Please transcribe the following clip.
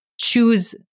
choose